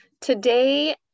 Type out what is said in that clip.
Today